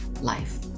life